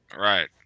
Right